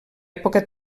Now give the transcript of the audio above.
època